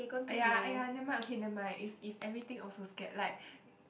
!aiya! !aiya! nevermind okay nevermind if if everything also scared like